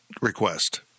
request